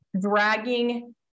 dragging